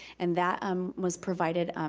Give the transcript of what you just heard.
and that um was provided,